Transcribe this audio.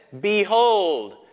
Behold